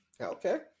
Okay